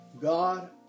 God